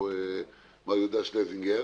מר יהודה שלזינגר,